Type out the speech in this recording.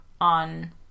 on